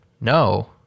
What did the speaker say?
no